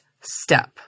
step